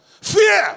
Fear